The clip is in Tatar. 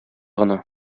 гына